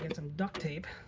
and some duct tape